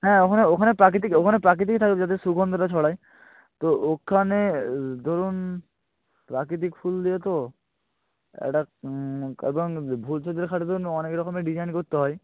হ্যাঁ ওখানে ওখানে প্রাকৃতিক ওখানে প্রাকৃতিক থাকবে যাতে সুগন্ধটা ছড়ায় তো ওখানে ধরুন প্রাকৃতিক ফুল দিয়ে তো একটা এবং খাটের জন্য অনেক রকমের ডিজাইন করতে হয়